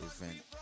event